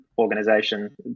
Organization